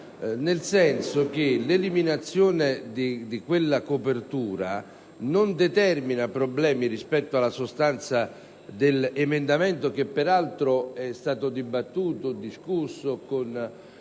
bilancio. L'eliminazione della copertura non determina problemi rispetto alla sostanza dell'emendamento, che peraltro è stato discusso con